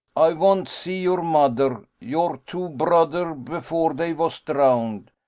ay vant see your mo'der, your two bro'der before dey vas drowned,